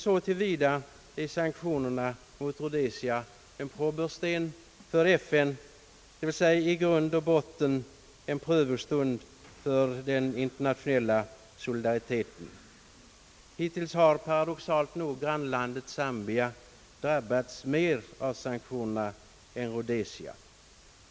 Så till vida är sanktionerna mot Rhodesia även en probersten för FN, d. v. s. i grund och botten en prövostund för den internationella solidariteten. Hittills har paradoxalt nog grannlandet Zambia drabbats mer av sanktionerna än Rhodesia.